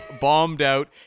bombed-out